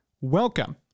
Welcome